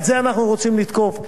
את זה אנחנו רוצים לתקוף.